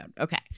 Okay